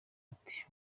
ati